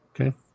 Okay